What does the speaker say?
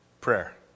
Prayer